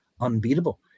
unbeatable